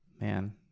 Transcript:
Man